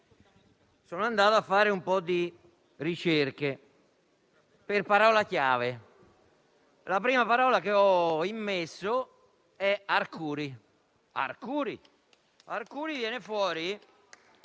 sono andato a fare un po' di ricerche per parola chiave. La prima parola che ho immesso è "Arcuri".